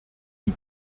die